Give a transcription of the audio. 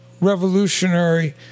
revolutionary